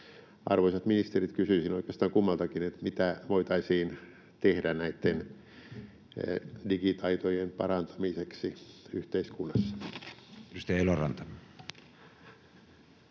Arvoisat ministerit, kysyisin oikeastaan kummaltakin: mitä voitaisiin tehdä näitten digitaitojen parantamiseksi yhteiskunnassa? [Speech 67] Speaker: